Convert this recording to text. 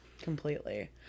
Completely